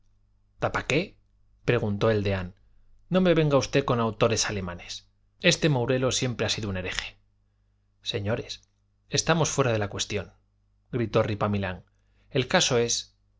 tapa qué preguntó el deán no me venga usted con autores alemanes este mourelo siempre ha sido un hereje señores estamos fuera de la cuestión gritó ripamilán el caso es